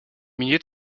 milliers